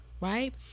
right